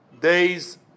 days